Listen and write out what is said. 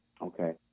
Okay